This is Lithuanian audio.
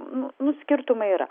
nu nu skirtumai yra